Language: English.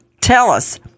Tellus